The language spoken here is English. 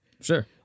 Sure